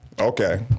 Okay